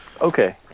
Okay